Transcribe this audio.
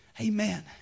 Amen